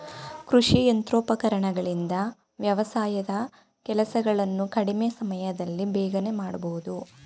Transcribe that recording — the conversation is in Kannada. ಕೃಷಿ ಯಂತ್ರೋಪಕರಣಗಳಿಂದ ವ್ಯವಸಾಯದ ಕೆಲಸಗಳನ್ನು ಕಡಿಮೆ ಸಮಯದಲ್ಲಿ ಬೇಗನೆ ಮಾಡಬೋದು